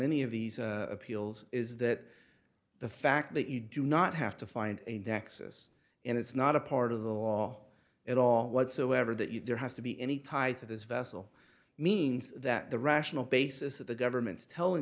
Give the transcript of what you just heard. any of these appeals is that the fact that you do not have to find a nexus and it's not a part of the law at all whatsoever that you there has to be any tie to this vessel means that the rational basis of the government's telling